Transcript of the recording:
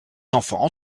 enfant